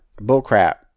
bullcrap